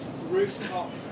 rooftop